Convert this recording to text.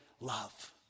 love